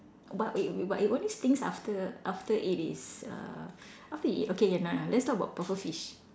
but it it but it only stinks after after it is uh after it okay no no let's talk about pufferfish